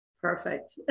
Perfect